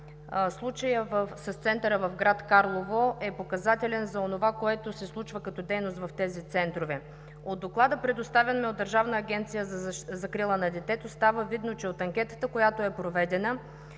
случаят с Центъра в град Карлово е показателен за онова, което се случва като дейност в тези центрове. От доклада, предоставен ни от Държавна агенция за закрила на детето става видно, че от анкетата, която е проведена,